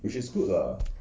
which is good lah